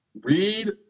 read